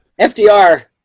FDR